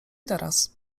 teraz